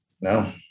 no